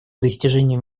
достижению